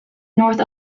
north